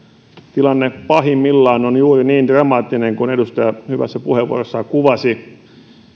tilanne pahimmillaan on juuri niin dramaattinen kuin edustaja hyvässä puheenvuorossaan kuvasi